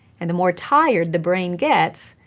and the more tired the brain gets,